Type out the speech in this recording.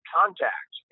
contact